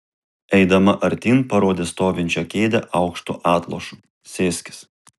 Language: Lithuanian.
eidama artyn parodė stovinčią kėdę aukštu atlošu sėskis